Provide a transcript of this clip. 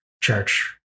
church